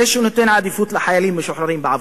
זה שנותן עדיפות לחיילים משוחררים בעבודה,